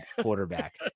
quarterback